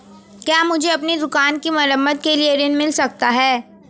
क्या मुझे अपनी दुकान की मरम्मत के लिए ऋण मिल सकता है?